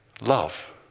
Love